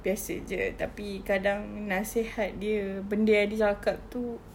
biasa saja tapi kadang nasihat dia benda yang dia cakap tu